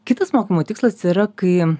kitas mokymo tikslas yra kai